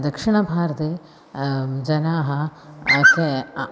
दक्षिणभारते जनाः के